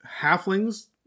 Halflings